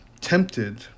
tempted